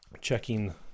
checking